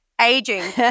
aging